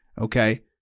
okay